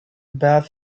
about